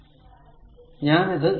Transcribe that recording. ഇത് 10